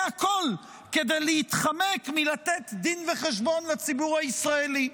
הכול כדי להתחמק מלתת דין וחשבון לציבור הישראלי.